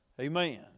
Amen